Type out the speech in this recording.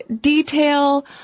detail